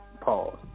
Pause